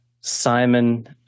Simon